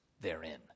therein